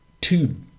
two